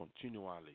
continually